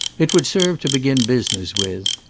it would serve to begin business with.